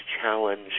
challenge